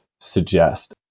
suggest